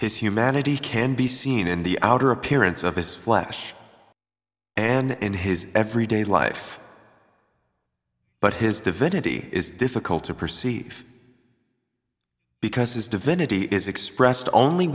humanity can be seen in the outer appearance of his flesh and in his every day life but his divinity is difficult to perceive because his divinity is expressed only